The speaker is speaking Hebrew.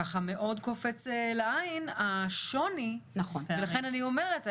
מאוד קופץ לעין השוני ולכן אני אומרת,